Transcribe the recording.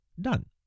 done